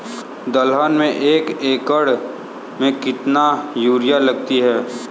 दलहन में एक एकण में कितनी यूरिया लगती है?